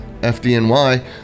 FDNY